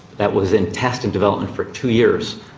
that was in test and development for two years,